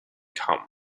come